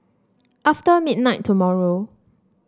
after midnight tomorrow